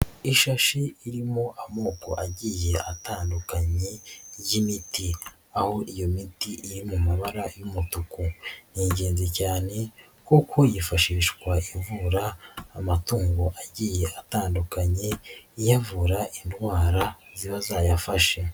Ishashi irimo amoko agiye atandukanye ry'imiti aho iyo miti iri mu mabara y'umutuku, ni ingenzi cyane kuko yifashishwa ivura amatungo agiye atandukanye, iyavura indwara ziba zayafashe.